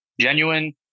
genuine